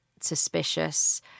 suspicious